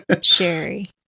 Sherry